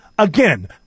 Again